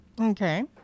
Okay